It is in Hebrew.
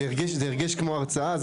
זה הרגיש כמו הרצאה.